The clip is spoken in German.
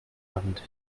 wand